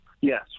yes